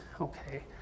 okay